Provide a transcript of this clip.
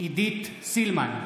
מתחייבת אני עידית סילמן,